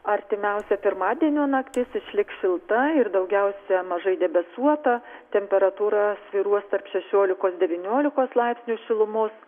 artimiausia pirmadienio naktis išliks šilta ir daugiausia mažai debesuota temperatūra svyruos tarp šešiolikos devyniolikos laipsnių šilumos